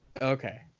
okay